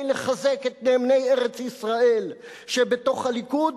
לחזק את נאמני ארץ-ישראל שבתוך הליכוד,